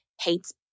hates